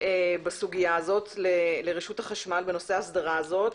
בסוגיה הזאת לרשות החשמל בנושא ההסדרה הזאת.